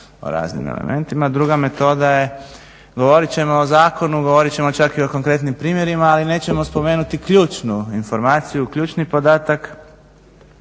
o raznim elementima. Druga metoda je govorit ćemo o zakonu, govorit ćemo čak i o konkretnim primjerima, ali nećemo spomenuti ključnu informaciju, ključni podatak,